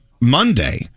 Monday